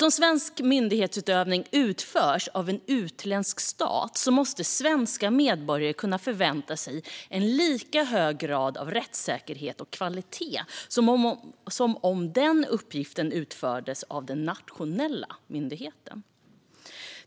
Om svensk myndighetsutövning utförs av en utländsk stat måste svenska medborgare kunna förvänta sig en lika hög grad av rättssäkerhet och kvalitet som om uppgiften utfördes av den nationella myndigheten.